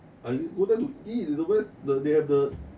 I go there to eat you know where's the they have the